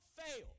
fail